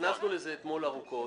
נכנסנו לזה אתמול עמוקות.